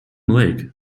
lake